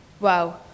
wow